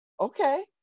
Okay